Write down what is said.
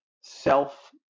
self